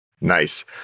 Nice